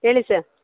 ಹೇಳಿ ಸರ್